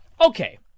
okay